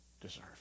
deserve